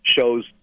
shows